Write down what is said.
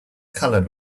colored